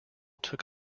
took